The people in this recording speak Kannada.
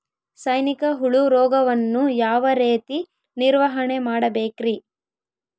ಸೈನಿಕ ಹುಳು ರೋಗವನ್ನು ಯಾವ ರೇತಿ ನಿರ್ವಹಣೆ ಮಾಡಬೇಕ್ರಿ?